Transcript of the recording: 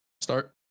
Start